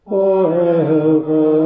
forever